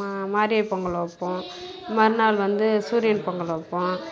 மா மார்கழிப் பொங்கல் வைப்போம் மறுநாள் வந்து சூரியன் பொங்கல் வைப்போம்